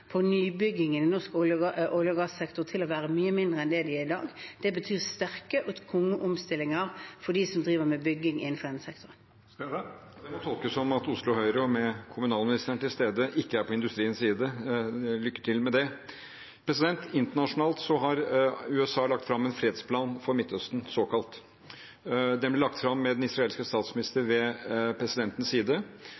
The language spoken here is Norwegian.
være mye svakere enn i dag. Det betyr sterke og tunge omstillinger for dem som driver med bygging innenfor denne sektoren. Det må tolkes som at Oslo Høyre, med kommunalministeren til stede, ikke er på industriens side. Lykke til med det! Internasjonalt har USA lagt fram en såkalt fredsplan for Midtøsten. Den ble lagt fram med den israelske